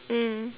mm